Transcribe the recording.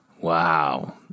Wow